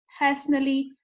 personally